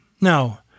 Now